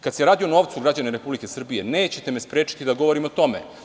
Kada se radi o novcu građana Republike Srbije, nećete me sprečiti da govorim o tome.